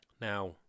now